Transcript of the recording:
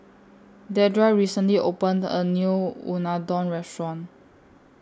Deidra recently opened A New Unadon Restaurant